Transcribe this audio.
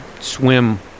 swim